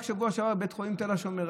רק בשבוע שעבר הייתי בבית חולים תל השומר,